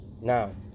Now